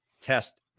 test